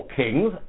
kings